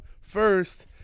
first